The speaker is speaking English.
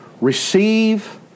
Receive